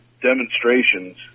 demonstrations